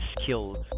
skills